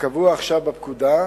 כקבוע עכשיו בפקודה,